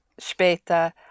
später